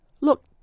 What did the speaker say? Look